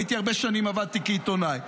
הרבה שנים עבדתי כעיתונאי,